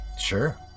Sure